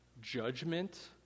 judgment